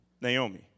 Naomi